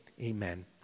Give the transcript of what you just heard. Amen